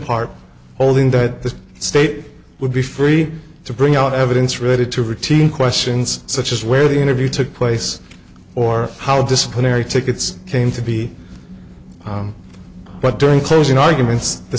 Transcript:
part holding that the state would be free to bring out evidence related to reteam questions such as where the interview took place or how disciplinary tickets came to be but during closing arguments the